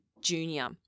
junior